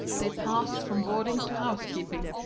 they passed from boarding to house-keeping,